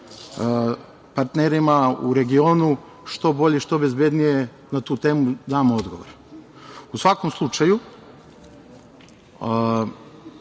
partnerima u regionu što bolje i što bezbednije na tu temu damo odgovor.U svakom slučaju,